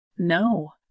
No